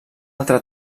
altra